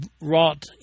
wrought